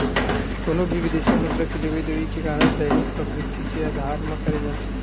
कोनो भी बिदेसी मुद्रा के लेवई देवई के कारज दैनिक प्रकृति के अधार म करे जाथे